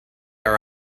our